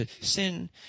Sin